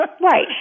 Right